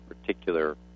particular